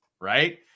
Right